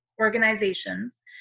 organizations